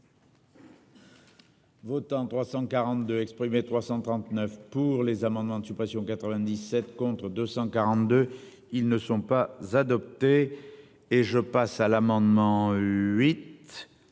Votants 342 exprimés, 339 pour les amendements de suppression, 97 contre 242. Ils ne sont pas adoptés et je passe à l'amendement